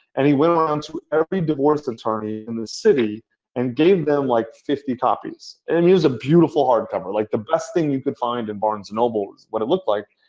and he went on to every divorce attorney in the city and gave them like fifty copies and used a beautiful hardcover, like the best thing you could find in barnes and noble, was what it looked like.